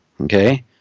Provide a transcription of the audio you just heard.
Okay